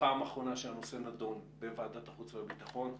בפעם האחרונה שהנושא נדון בוועדת החוץ והביטחון,